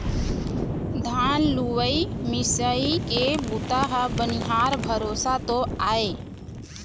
धान लुवई मिंजई के बूता ह बनिहार भरोसा तो आय